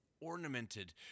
ornamented